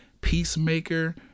Peacemaker